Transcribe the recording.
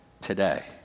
today